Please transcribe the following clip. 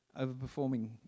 overperforming